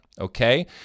Okay